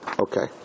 Okay